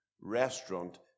restaurant